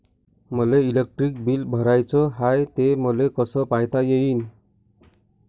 मले electric bill भराचं हाय, ते मले कस पायता येईन?